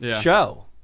show